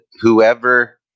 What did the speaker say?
whoever